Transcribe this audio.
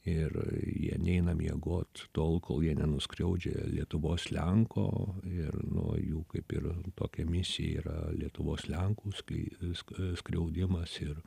ir jie neina miegot tol kol jie nenuskriaudžia lietuvos lenko ir nu jų kaip ir tokia misija yra lietuvos lenkų sk skriaudimas ir